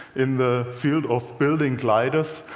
in the field of building gliders.